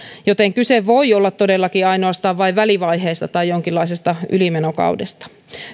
joten kyse voi olla todellakin ainoastaan välivaiheesta tai jonkinlaisesta ylimenokaudesta